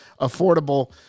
affordable